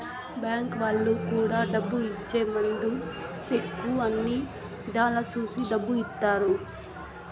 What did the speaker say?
bank వాళ్ళు కూడా డబ్బు ఇచ్చే ముందు సెక్కు అన్ని ఇధాల చూసి డబ్బు ఇత్తారు